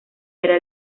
era